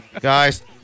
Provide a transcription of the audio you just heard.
Guys